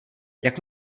jak